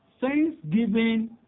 Thanksgiving